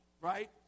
right